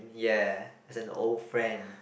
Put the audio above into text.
ya as an old friend